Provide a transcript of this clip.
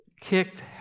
kicked